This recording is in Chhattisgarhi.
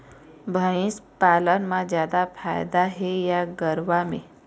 भंइस पालन म जादा फायदा हे या गरवा में?